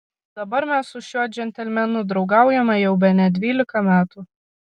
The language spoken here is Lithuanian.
dabar mes su šiuo džentelmenu draugaujame jau bene dvylika metų